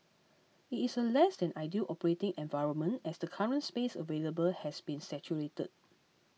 it is a less than ideal operating environment as the current space available has been saturated